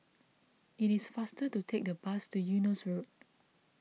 it is faster to take the bus to Eunos Road